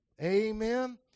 Amen